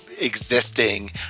existing